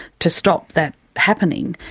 to stop that happening,